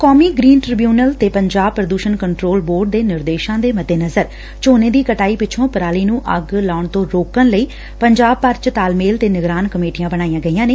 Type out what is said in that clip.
ਕੌਮੀ green tribunal ਤੇ ਪੰਜਾਬ ਪ੍ਰਦੂਸਣ ਕੰਟਰੋਲ ਬੋਰਡ ਦੇ ਨਿਰਦੇਸ਼ਾਂ ਦੇ ਮੱਦੇਨਜ਼ਰ ਝੋਨੇ ਦੀ ਕਟਾਈ ਪਿੱਛੋਂ ਪਰਾਲੀ ਨੂੰ ਅੱਗ ਲਾਉਣ ਤੋਂ ਰੋਕਣ ਲਈ ਪੰਜਾਬ ਭਰ ਚ ਤਾਲਮੇਲ ਤੇ ਨਿਗਰਾਨ ਕਮੇਟੀਆਂ ਬਣਾਈਆਂ ਗਈਆਂ ਨੇ